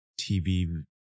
TV